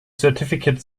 certificate